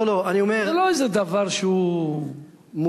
זה לא איזה דבר שהוא חדש במחוזותינו.